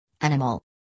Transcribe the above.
animal